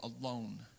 alone